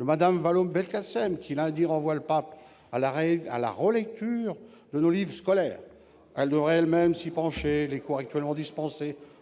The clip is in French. Mme Vallaud-Belkacem, qui, lundi, renvoyait le pape à la relecture de nos livres scolaires. Elle devrait elle-même s'y pencher : les cours en lien